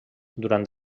durant